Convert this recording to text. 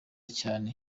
cyane